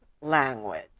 language